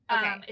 Okay